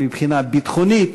מבחינה ביטחונית,